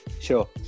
Sure